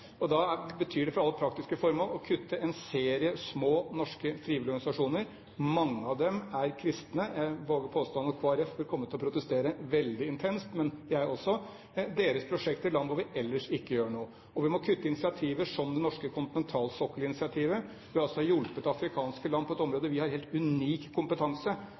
og da betyr det for alle praktiske formål å kutte til prosjekter som en serie små norske frivillige organisasjoner driver – mange av dem er kristne organisasjoner, og jeg våger meg på den påstand at Kristelig Folkeparti vil komme til å protestere veldig intenst, men jeg også – altså til prosjekter i land hvor vi ellers ikke gjør noe. Og vi må kutte når det gjelder initiativ som det norske kontinentalsokkelinitiativet, hvor vi altså har hjulpet afrikanske land på